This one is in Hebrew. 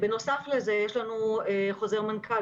בנוסף לזה יש לנו חוזר מנכ"ל.